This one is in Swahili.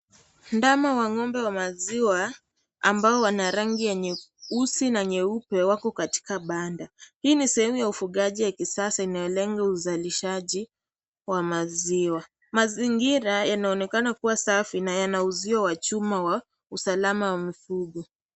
Ndama wa ng'ombe wa maziwa ambao wana rangi ya nyeusi na nyeupe wako katika banda. Hii ni sehemu ya ufugaji ya kisasa inayolenga uzalishaji wa maziwa. Mazingira yanaonekana kuwa safi na yana uzio wa chuma wa usalama wa mifugo.